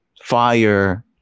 fire